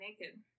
naked